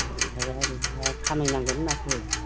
ओरैहाय आरो खामायनांगोन माथो